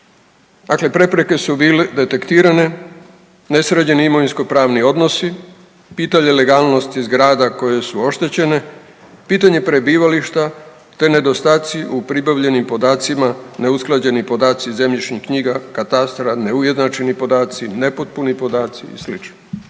Dakle, prepreke su bile detektirane, nesređeni imovinsko-pravni odnosi, pitanje legalnosti zgrada koje su oštećene, pitanje prebivališta te nedostaci u pribavljenim podacima, neusklađeni podaci zemljišnih knjiga, katastra, neujednačeni podaci, nepotpuni podaci i sl.